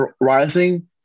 rising